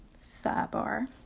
Sidebar